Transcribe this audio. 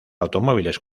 automóviles